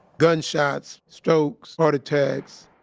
gunshots. strokes. heart attacks